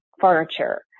furniture